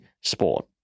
sport